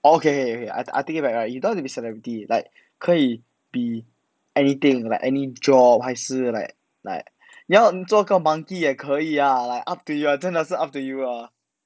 okay K K I I take it back right you don't want to be celebrity like 可以 be anything like any job 还是 like like 你要做个 monkey 也可以啊 like up to you lah 真的是 up to you lah